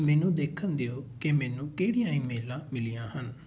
ਮੈਨੂੰ ਦੇਖਣ ਦਿਓ ਕਿ ਮੈਨੂੰ ਕਿਹੜੀਆਂ ਈਮੇਲਾਂ ਮਿਲੀਆਂ ਹਨ